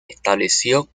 estableció